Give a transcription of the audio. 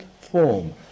form